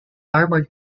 armored